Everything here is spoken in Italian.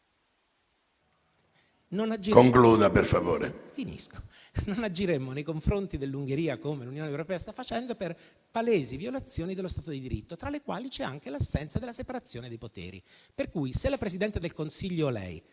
Concluda per favore.